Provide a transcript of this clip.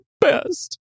best